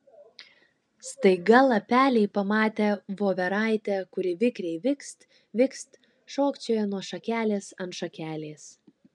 staiga lapeliai pamatė voveraitę kuri vikriai vikst vikst šokčioja nuo šakelės ant šakelės